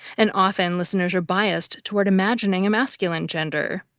and often, listeners are biased toward imagining a masculine gender.